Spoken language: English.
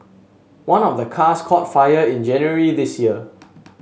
one of the cars caught fire in January this year